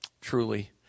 truly